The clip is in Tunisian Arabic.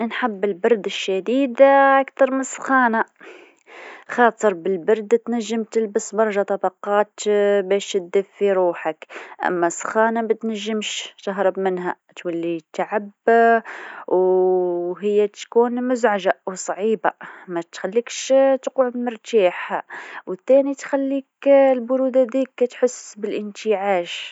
انحب البرد الشديد أكثر من السخانه، خاطر في البرد تنجم تلبس برشا طبقات باش تدفي روحك، أما السخانه ما تنجمش تهرب منها، تولي تعب و هي تكون مزعجه و صعيبه ما تخليكش تقعد مرتاح و زيد تخليك البروده هذيكا تحس بالانتعاش.